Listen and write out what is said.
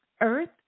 Earth